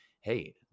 Hey